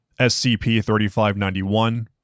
SCP-3591